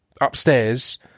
upstairs